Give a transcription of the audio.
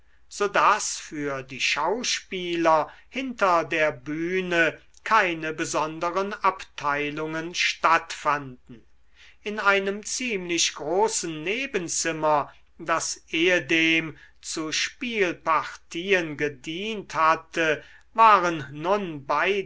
daß für die schauspieler hinter der bühne keine besonderen abteilungen stattfanden in einem ziemlich großen nebenzimmer das ehedem zu spielpartien gedient hatte waren